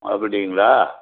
அப்படிங்களா